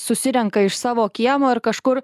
susirenka iš savo kiemo ir kažkur